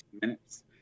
minutes